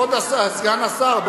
סגן השר,